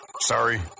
Sorry